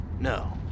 No